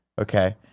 Okay